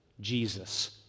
Jesus